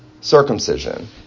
circumcision